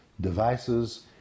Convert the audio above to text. devices